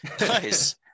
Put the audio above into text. Nice